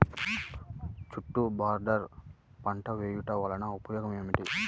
చుట్టూ బోర్డర్ పంట వేయుట వలన ఉపయోగం ఏమిటి?